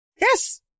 yes